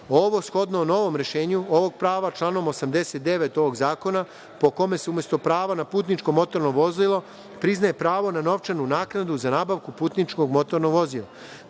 Ovo shodno novom rešenju ovog prava članom 89. ovog zakona po kome se, umesto prava na putničko motorno vozilo, priznaje pravo na novčanu naknadu za nabavku putničkog motornog vozila,